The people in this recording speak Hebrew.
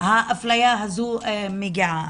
האפליה הזו מגיעה.